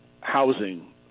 housing